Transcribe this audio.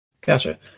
Gotcha